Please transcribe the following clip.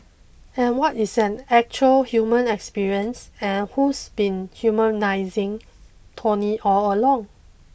and what is an actual human experience and who's been humanising Tony all along